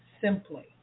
simply